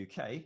UK